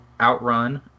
Outrun